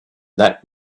that